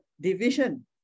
division